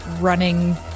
running